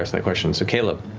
ah that question. so caleb.